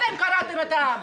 אתם קרעתם את העם.